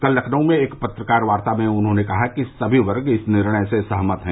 कल लखनऊ में एक पत्रकार वार्ता में उन्होंने कहा कि सभी वर्ग इस निर्णय से सहमत हैं